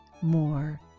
more